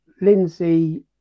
Lindsay